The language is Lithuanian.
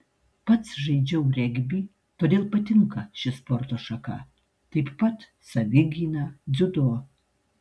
pats žaidžiau regbį todėl patinka ši sporto šaka taip pat savigyna dziudo